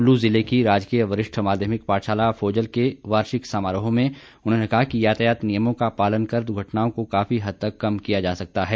कुल्लू जिले की राजकीय वरिष्ठ माध्यमिक पाठशाला फोजल के वार्षिक समारोह में कहा कि यातायात नियमों का पालन कर द्र्घटनाओं को काफी हद तक कम किया जा सकता है